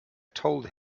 told